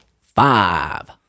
Five